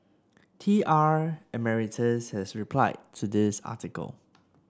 T R Emeritus has replied to this article